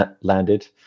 landed